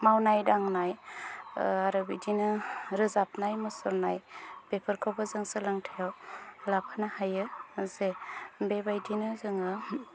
मावनाय दांनाय आरो बिदिनो रोजाबनाय मुसुरनाय बेफोरखौबो जों सोलोंथायाव लाफानो हायो जे बेबायदिनो जोङो